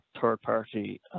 third-party